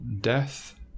death